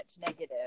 negative